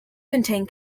contain